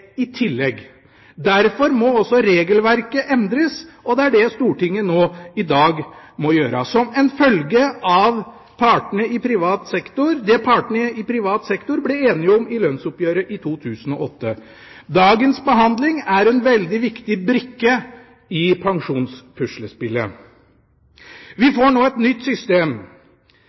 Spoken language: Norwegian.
i tillegg. Derfor må regelverket endres. Det er det Stortinget nå i dag må gjøre, som en følge av det partene i privat sektor ble enige om i lønnsoppgjøret i 2008. Dagens behandling er en veldig viktig brikke i pensjonspuslespillet. Vi får nå et nytt system.